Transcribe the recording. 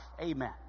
Amen